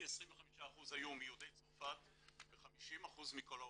כ-25% היו מיהודי צרפת ו-50% מכל העולים.